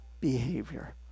behavior